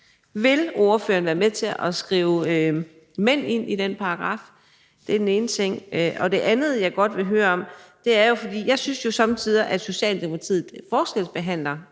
Vil ordføreren være med til at skrive mænd ind i den paragraf? Det er den ene ting. Det andet, jeg godt vil høre om, handler om ligestilling, for jeg synes jo somme tider, at Socialdemokratiet forskelsbehandler